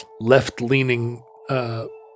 left-leaning